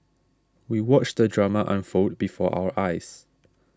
we watched the drama unfold before our eyes